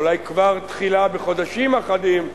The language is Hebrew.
אולי כבר תחילה בחודשים אחדים,